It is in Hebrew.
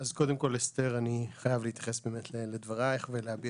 קודם כל, אסתר, אני חייב להתייחס לדברייך ולהיות